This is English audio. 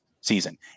season